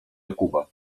jakuba